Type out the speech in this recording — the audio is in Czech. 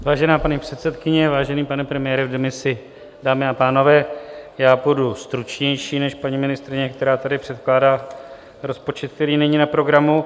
Vážená paní předsedkyně, vážený pane premiére v demisi, dámy a pánové, já budu stručnější než paní ministryně, která tady předkládá rozpočet, který není na programu.